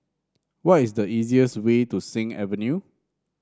what is the easiest way to Sing Avenue